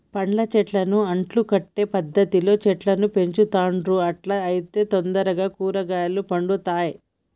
పండ్ల చెట్లను అంటు కట్టే పద్ధతిలో చెట్లను పెంచుతాండ్లు అట్లా అయితే తొందరగా కాయలు పడుతాయ్